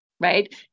right